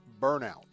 burnout